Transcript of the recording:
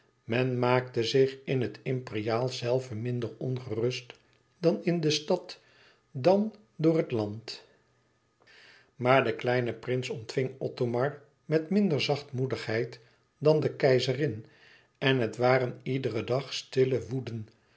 men maakte zich in het imperiaal zelve minder ongerust dan in de stad dan door het land maar de kleine prins ontving othomar met minder zachtmoedigheid dan de keizerin en het waren iederen dag stille woeden